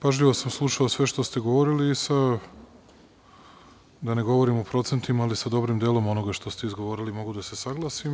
Pažljivo sam slušao sve što ste govorili i, da ne govorim o procentima, ali sa dobrim delom onoga što ste izgovorili mogu da se saglasim.